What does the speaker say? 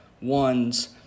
one's